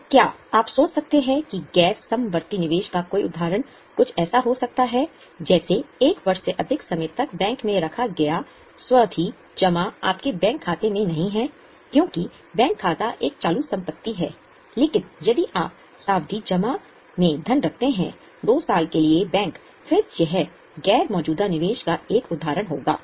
तो क्या आप सोच सकते हैं कि गैर समवर्ती निवेश का कोई उदाहरण कुछ ऐसा हो सकता है जैसे 1 वर्ष से अधिक समय तक बैंक में रखा गया सावधि जमा आपके बैंक खाते में नहीं है क्योंकि बैंक खाता एक चालू संपत्ति है लेकिन यदि आप सावधि जमा में धन रखते हैं 2 साल के लिए बैंक फिर यह गैर मौजूदा निवेश का एक उदाहरण होगा